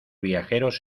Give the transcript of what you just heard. viajeros